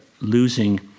losing